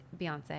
Beyonce